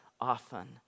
often